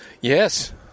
Yes